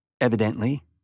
Evidently